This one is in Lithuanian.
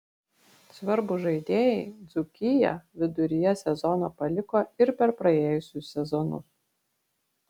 svarbūs žaidėjai dzūkiją viduryje sezono paliko ir per praėjusius sezonus